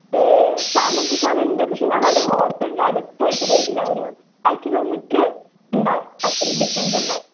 താമസിക്കാനുണ്ട് പക്ഷെ ഞങ്ങളുടെ ഹോട്ടലിന്റെ അടുത്തായിട്ട് വരില്ല ഒരു ഫൈവ് കിലോമീറ്ററ് ഉണ്ടാവും അത്രയും ഡിസ്റ്റൻസുണ്ടാവും